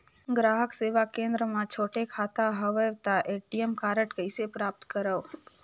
ग्राहक सेवा केंद्र मे छोटे खाता हवय त ए.टी.एम कारड कइसे प्राप्त करव?